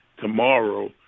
tomorrow